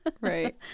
right